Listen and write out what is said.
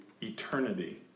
eternity